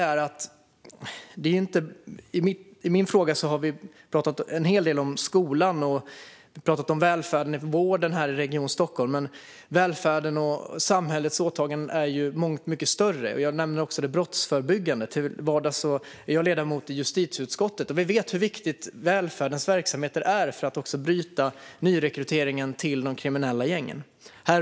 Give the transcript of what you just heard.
Utifrån min fråga har vi pratat en hel del om skolan och om välfärden och vården här i Region Stockholm, men välfärdens och samhällets åtaganden är ju långt mycket större. Jag nämner också det brottsförebyggande. Till vardags är jag ledamot i justitieutskottet, och vi vet hur viktiga välfärdens verksamheter är för att man ska kunna bryta nyrekryteringen till de kriminella gängen.